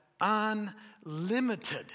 unlimited